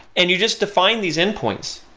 and you just define these endpoints,